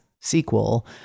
sequel